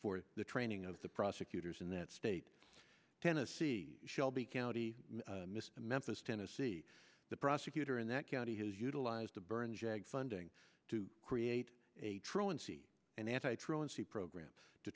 for the training of the prosecutors in that state tennessee shelby county miss memphis tennessee the prosecutor in that county has utilized the burn jag funding to create a truancy and anti truancy programs to